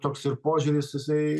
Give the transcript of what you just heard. toks ir požiūris jisai